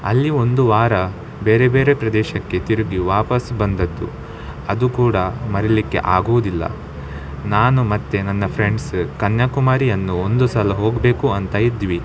ಅಲ್ಲಿ ಒಂದು ವಾರ ಬೇರೆ ಬೇರೆ ಪ್ರದೇಶಕ್ಕೆ ತಿರುಗಿ ವಾಪಸ್ ಬಂದದ್ದು ಅದು ಕೂಡ ಮರಿಲಿಕ್ಕೆ ಆಗುವುದಿಲ್ಲ ನಾನು ಮತ್ತು ನನ್ನ ಫ್ರೆಂಡ್ಸ ಕನ್ಯಾಕುಮಾರಿಯನ್ನು ಒಂದು ಸಲ ಹೋಗಬೇಕು ಅಂತ ಇದ್ವಿ